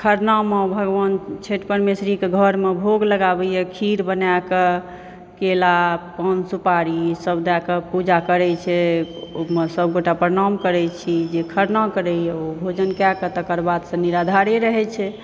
खरनामऽ भगवान छठि परमेश्वरीकऽ घरमऽ भोग लगाबैए खीर बनैक केला पान सुपारी सभ दैकऽ पूजा करैत छै ओहिमऽ सभगोटा प्रणाम करैत छी जे खरना करैए ओ भोजन कैकऽ तकर बादसँ स निराधार रहैत छै